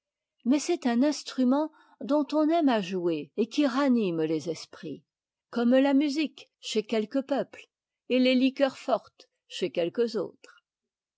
mais c'est ùn instrument dont on aime à jouer et qui ranime les esprits comme la musique chez quelques peuples et les liqueurs fortes chez quelques autres